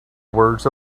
words